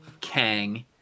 kang